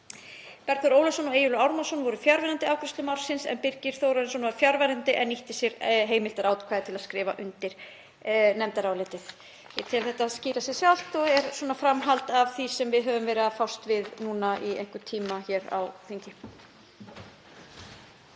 Bergþór Ólason og Eyjólfur Ármannsson voru fjarverandi við afgreiðslu málsins. Birgir Þórarinsson var fjarverandi en nýtti sér heimildarákvæði til að skrifa undir nefndarálitið. Ég tel þetta skýra sig sjálft og er framhald af því sem við höfum verið að fást við núna í einhvern tíma hér á þingi.